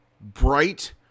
bright